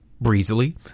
breezily